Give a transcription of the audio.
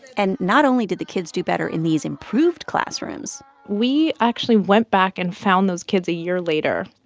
and not only did the kids do better in these improved classrooms. we actually went back and found those kids a year later.